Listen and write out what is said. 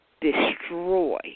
destroy